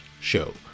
show